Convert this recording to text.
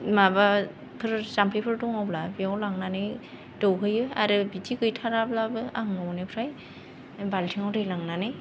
माबाफोर जामफैफोर दङब्ला लांनानै दौहैयै आरो बिदि गैथाराब्लाबो आं न'निफ्राय बालथिंआव दै लांनानै